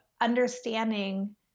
understanding